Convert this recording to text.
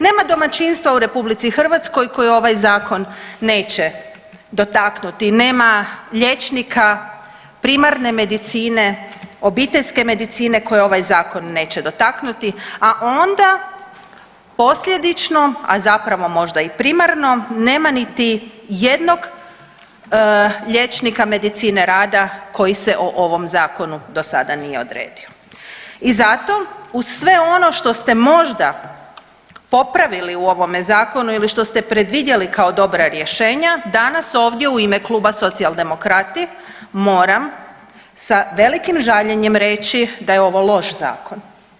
Nema domaćinstva u RH koje ovaj zakon neće dotaknuti, nema liječnika primarne medicine, obiteljske medicine koje ovaj zakon neće dotaknuti, a onda posljedično, a zapravo možda i primarno nema niti jednog liječnika medicine rada koji se o ovom zakonu do sada nije odredio i zato uz sve ono što ste možda popravili u ovome zakonu ili što ste predvidjeli kao dobra rješenja danas ovdje u ime Kluba Socijaldemokrati moram sa velikim žaljenjem reći da je ovo loš zakon.